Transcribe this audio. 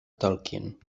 tolkien